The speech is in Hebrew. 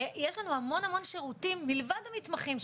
יש לנו המון שירותים מלבד המתמחים,